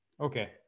Okay